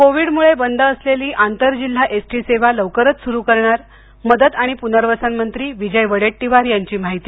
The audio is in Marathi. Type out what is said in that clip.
कोविडमुळे बंद असलेली आंतरजिल्हा एस टी सेवा लवकरच सुरू करणार मदत आणि प्नर्वसन मंत्री विजय वडेट्टीवार यांची माहिती